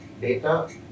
data